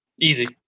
Easy